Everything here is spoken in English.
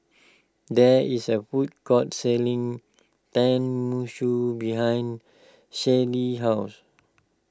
there is a food court selling Tenmusu behind Shelli's house